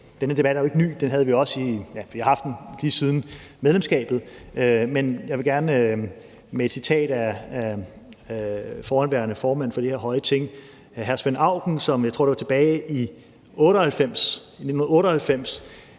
den her debat ikke er ny. Vi har haft den lige siden medlemskabet, og jeg vil gerne bringe et citat af forhenværende formand for det her høje Ting hr. Svend Auken, som jeg tror tilbage i 1998,